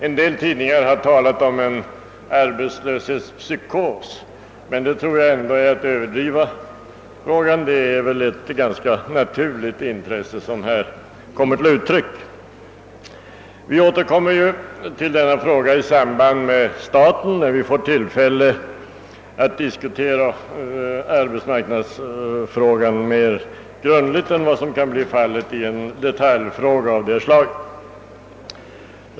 En del tidningar har talat om en arbetslöshetspsykos, men det är enligt min mening att överdriva. Det intresse som här kommer till uttryck är väl ganska naturligt. Vi får återkomma till arbetsmarknadspolitiken i samband med den egentliga behandlingen av huvudtiteln, då vi har tillfälle att diskutera saken mer grundligt än nu, när det endast gäller ett detaljspörsmål.